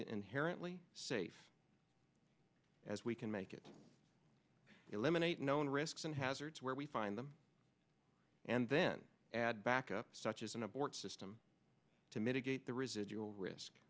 inherently safe as we can make it eliminate known risks and hazards where we find them and then add back up such as an abort system to mitigate the residual risk